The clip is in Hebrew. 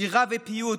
שירה ופיוט,